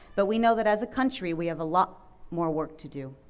but we know that as a country we have a lot more work to do.